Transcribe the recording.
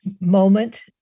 moment